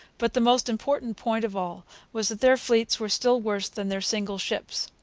but the most important point of all was that their fleets were still worse than their single ships.